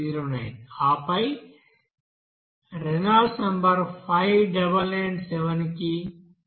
009 ఆపై Reynolds number 5997 కి 0